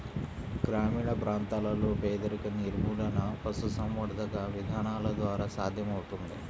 గ్రామీణ ప్రాంతాలలో పేదరిక నిర్మూలన పశుసంవర్ధక విధానాల ద్వారా సాధ్యమవుతుంది